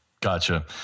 Gotcha